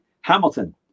Hamilton